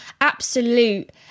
absolute